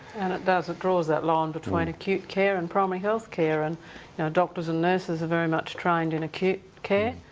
and it does it draws that line between acute care and primary healthcare. and and doctors and nurses are very much trained in acute care.